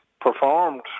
performed